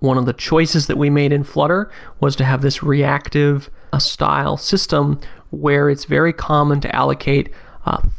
one of the choices that we made in flutter was to have this reactive style system where it's very common to allocate